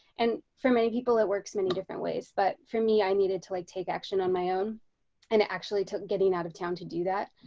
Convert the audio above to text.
and for many people that works many different ways, but for me i needed to like take action on my own and actually took getting out of town to do that.